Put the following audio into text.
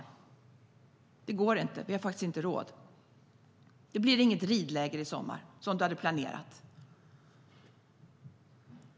Det går inte. Vi har inte råd. Det blir inget ridläger i sommar som du hade planerat.